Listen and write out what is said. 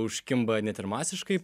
užkimba net ir masiškai